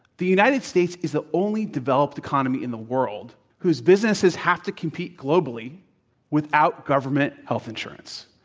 the united states is the only developed economy in the world whose businesses have to compete globally without government health insurance.